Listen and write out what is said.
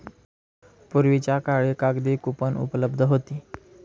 पूर्वीच्या काळी कागदी कूपन उपलब्ध होती